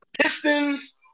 Pistons